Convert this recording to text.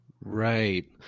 Right